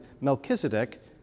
Melchizedek